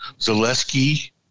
Zaleski